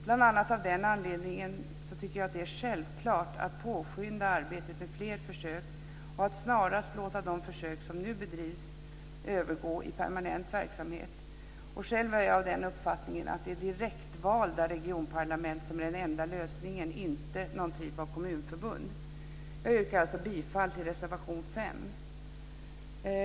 Bl.a. av den anledningen tycker jag att det är självklart att påskynda arbetet med fler försök och att snarast låta de försök som nu bedrivs övergå i permanent verksamhet. Själv är jag av den uppfattningen att det är direktvalda regionparlament som är den enda lösningen, inte någon typ av kommunförbund. Jag yrkar alltså bifall till reservation 5.